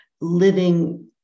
living